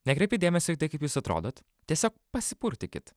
nekreipkit dėmesio į tai kaip jūs atrodot tiesiog pasipurtykit